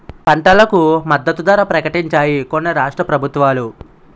పంటలకు మద్దతు ధర ప్రకటించాయి కొన్ని రాష్ట్ర ప్రభుత్వాలు